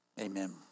amen